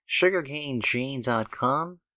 SugarcaneJane.com